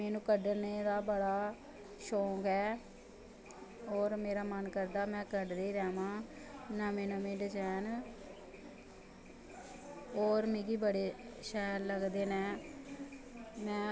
मैंनू कड्डनें दा बड़ा शौंक ऐ और मेरा मन करदा में कड्डदी रवां नमें नमें डिज़ैंन और मिगी बड़े शैल लगदे नै में